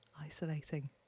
isolating